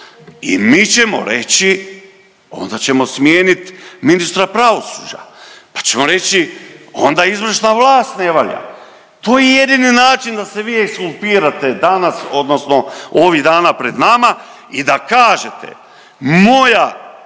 i mi ćemo reći, onda ćemo smijeniti ministra pravosuđa, pa ćemo reći, onda izvršna vlast ne valja. To je jedini način da se vi ekskulpirate danas odnosno ovih dana pred nama i da kažete, moja